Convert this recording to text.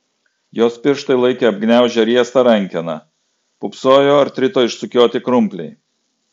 jos pirštai laikė apgniaužę riestą rankeną pūpsojo artrito išsukioti krumpliai